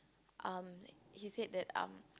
um he said that um